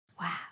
Wow